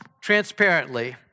transparently